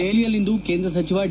ದೆಹಲಿಯಲ್ಲಿಂದು ಕೇಂದ್ರ ಸಚಿವ ಡಿ